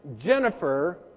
Jennifer